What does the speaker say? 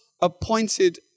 appointed